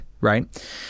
right